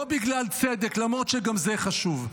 לא בגלל צדק, למרות שגם זה חשוב.